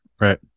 Right